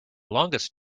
longest